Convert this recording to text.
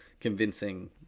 convincing